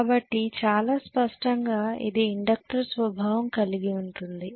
కాబట్టి చాలా స్పష్టంగా ఇది ఇండక్టర్ స్వభావం కలిగి ఉంటుంది